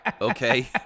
Okay